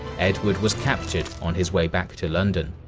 edward was captured on his way back to london.